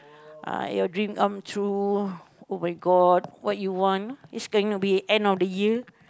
uh your dream come true oh-my-god what you want ah it's going to be end of the year